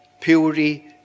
Purity